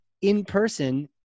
in-person